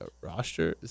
roster